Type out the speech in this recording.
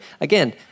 Again